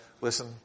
listen